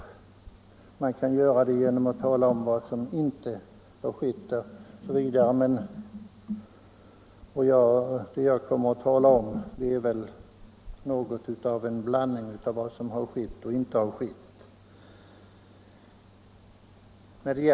Men man kan göra det genom att tala om vad som inte skett där. Vad jag kommer att tala om blir väl en blandning av vad som skett och inte skett.